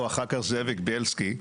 או אחר כך זאביק דלסקי,